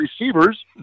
receivers